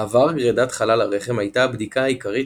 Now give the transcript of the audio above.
בעבר גרידת חלל הרחם הייתה הבדיקה העיקרית